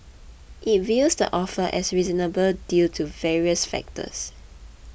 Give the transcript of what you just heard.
it views the offer as reasonable due to various factors